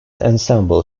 ensemble